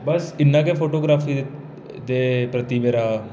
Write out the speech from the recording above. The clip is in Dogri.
बस इन्ना गै फोटोग्राफी दे प्रति मेरा